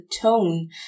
tone